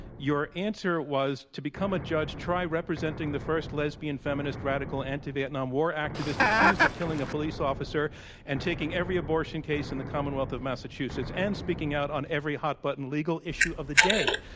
your answer was, to become a judge, try representing the first lesbian feminist radical anti-vietnam war activist accused of killing a police officer and taking every abortion case in the commonwealth of massachusetts and speaking out on every hot button legal issue of the day.